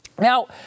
Now